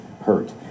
hurt